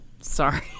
Sorry